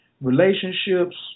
relationships